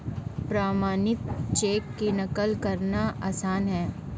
प्रमाणित चेक की नक़ल करना आसान है